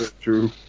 True